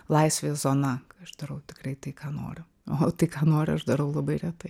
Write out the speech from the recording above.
laisvė zona kai aš darau tikrai tai ką noriu o tai ką noriu aš darau labai retai